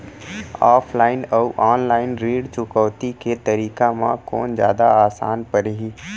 Offline अऊ online ऋण चुकौती के तरीका म कोन जादा आसान परही?